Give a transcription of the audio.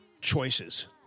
choices